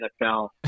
NFL